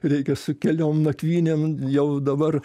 reikia su keliom nakvynėm jau dabar